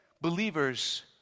believers